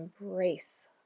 embrace